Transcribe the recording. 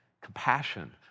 compassion